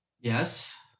Yes